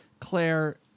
Claire